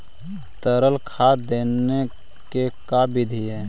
तरल खाद देने के का बिधि है?